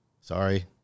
sorry